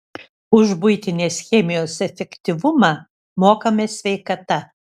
už buitinės chemijos efektyvumą mokame sveikata